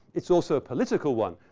it's also a political one.